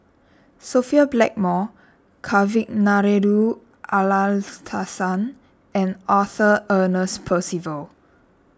Sophia Blackmore Kavignareru Amallathasan and Arthur Ernest Percival